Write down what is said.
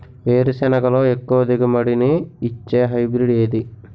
వేరుసెనగ లో ఎక్కువ దిగుబడి నీ ఇచ్చే హైబ్రిడ్ ఏది?